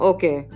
Okay